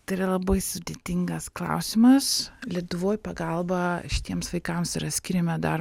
tai yra labai sudėtingas klausimas lietuvoj pagalba šitiems vaikams yra skiriama dar